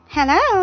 Hello